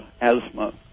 asthma